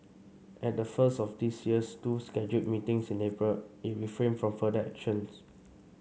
at the first of this year's two scheduled meetings in April it refrained from further actions